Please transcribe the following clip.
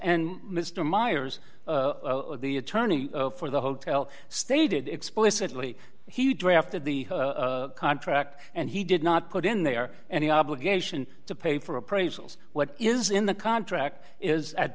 and mr myers the attorney for the hotel stated explicitly he drafted the contract and he did not put in there any obligation to pay for appraisals what is in the contract is at